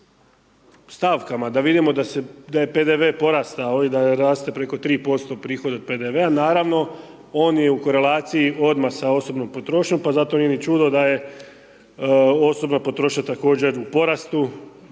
o stavkama da vidimo da je PDV porastao i raste preko 3% prihoda od PDV-a on je u korelaciji odmah sa osobnom potrošnjom, pa zato nije ni čudno da je osobna potrošnja također u porastu,